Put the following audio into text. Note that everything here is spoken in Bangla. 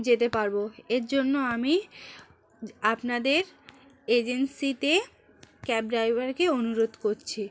যেতে পারবো এর জন্য আমি আপনাদের এজেন্সিতে ক্যাব ড্রাইভারকে অনুরোধ করছি